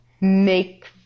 make